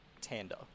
Tanda